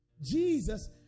Jesus